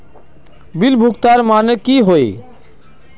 Bill भुगतान माने की होय?